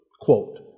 quote